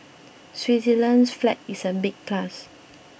Switzerland's flag is a big plus